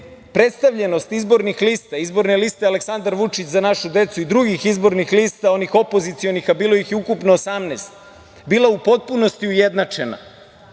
je predstavljenost izbornih lista, Izborne liste Aleksandar Vučić – Za našu decu i drugih izbornih lista, onih opozicionih, a bilo ih je ukupno 18, bila u potpunosti ujednačena.